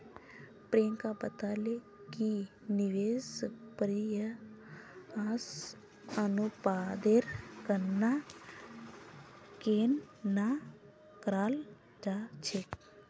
प्रियंका बताले कि निवेश परिव्यास अनुपातेर गणना केन न कराल जा छेक